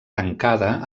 tancada